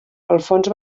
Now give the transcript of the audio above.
alfons